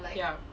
ya